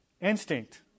instinct